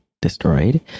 destroyed